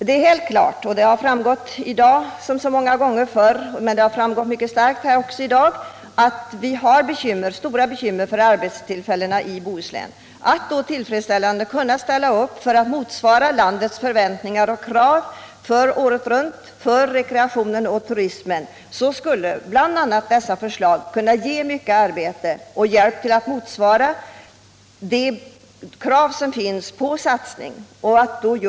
Det har framgått i dag, som så många gånger förr, att vi har stora bekymmer för sysselsättningen i Bohuslän. De förslag som har ställts om byggandet av broar skulle kunna ge mycket arbete, och samtidigt skulle man uppfylla krav från åretruntboende och önskemål med hänsyn — Nr 39 till Bohusläns betydelse för rekreation och turism.